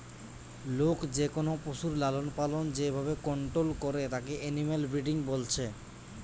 লোক যেকোনো পশুর লালনপালন যে ভাবে কন্টোল করে তাকে এনিম্যাল ব্রিডিং বলছে